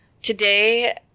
Today